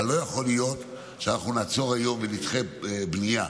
אבל לא יכול להיות שאנחנו נעצור היום ונדחה בנייה.